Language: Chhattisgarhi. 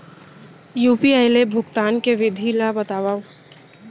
यू.पी.आई ले भुगतान के विधि ला बतावव